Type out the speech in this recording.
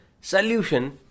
solution